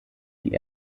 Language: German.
die